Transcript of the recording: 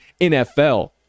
NFL